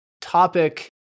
topic